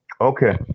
Okay